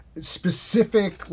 specific